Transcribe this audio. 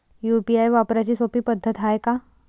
UPI वापराची सोपी पद्धत हाय का?